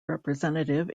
representative